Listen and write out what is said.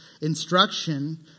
instruction